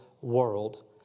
world